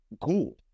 cool